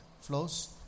flows